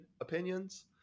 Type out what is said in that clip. opinions